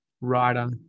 writer